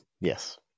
Yes